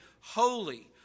holy